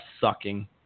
sucking